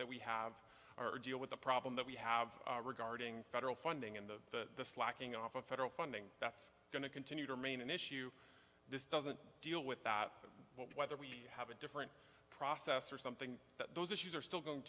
that we have or deal with the problem that we have regarding federal funding and the slacking off of federal funding that's going to continue to remain an issue this doesn't deal with that whether we have a different process or something that those issues are still going